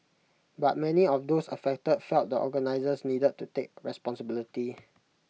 but many of those affected felt the organisers needed to take responsibility